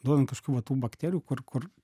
duodam kažkokių va tų bakterijų kur kur